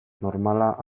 normala